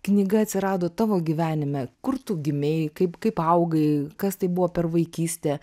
knyga atsirado tavo gyvenime kur tu gimei kaip kaip augai kas tai buvo per vaikystė